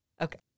Okay